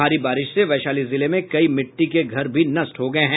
भारी बारिश से वैशाली जिले में कई मिट्टी के घर भी नष्ट हो गये हैं